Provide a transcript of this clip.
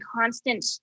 constant